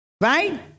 Right